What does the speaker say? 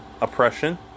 oppression